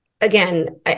again